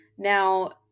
Now